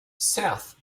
south